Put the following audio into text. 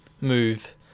move